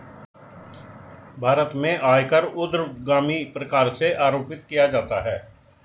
भारत में आयकर ऊर्ध्वगामी प्रकार से आरोपित किया जाता है